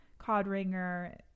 Codringer